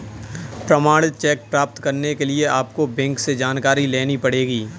प्रमाणित चेक प्राप्त करने के लिए आपको बैंक से जानकारी लेनी पढ़ेगी